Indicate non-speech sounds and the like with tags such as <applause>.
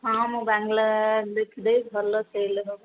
ହଁ ମୁଁ ବାଂଲା <unintelligible> ଦେଖିଦେବି ଭଲ ସେଲ୍ ହେବ